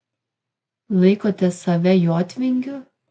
laikote save jotvingiu